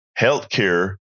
healthcare